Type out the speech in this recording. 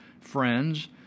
friends